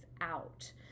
out